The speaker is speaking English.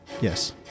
Yes